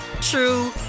true